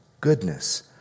goodness